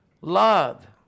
love